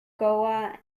goa